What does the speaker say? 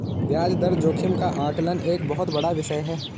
ब्याज दर जोखिम का आकलन एक बहुत बड़ा विषय है